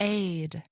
aid